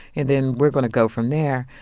and then we're going to go from there.